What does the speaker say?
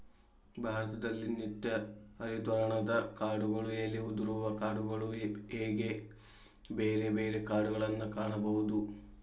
ಭಾರತದಲ್ಲಿ ನಿತ್ಯ ಹರಿದ್ವರ್ಣದ ಕಾಡುಗಳು ಎಲೆ ಉದುರುವ ಕಾಡುಗಳು ಹೇಗೆ ಬೇರೆ ಬೇರೆ ಕಾಡುಗಳನ್ನಾ ಕಾಣಬಹುದು